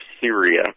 Syria